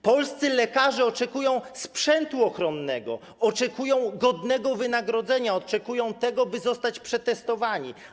Polscy lekarze oczekują sprzętu ochronnego, oczekują godnego wynagrodzenia, oczekują tego, by zostać przetestowani.